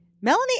Melanie